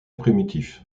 primitif